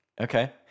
Okay